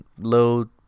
load